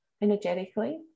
energetically